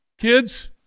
Kids